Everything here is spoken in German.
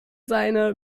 seine